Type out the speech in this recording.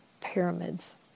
pyramids